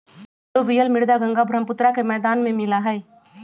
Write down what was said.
alluvial मृदा गंगा बर्ह्म्पुत्र के मैदान में मिला हई